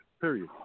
Period